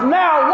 now